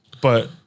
But-